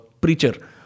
preacher